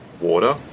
Water